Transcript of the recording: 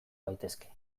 gaitezke